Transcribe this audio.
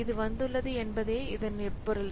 இது வந்துள்ளது என்பதே இதன் உட்பொருள்